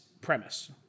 premise